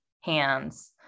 hands